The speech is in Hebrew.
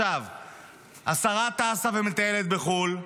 השרה טסה ומטיילת בחו"ל.